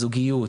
זוגיות,